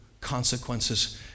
consequences